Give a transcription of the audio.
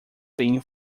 being